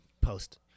post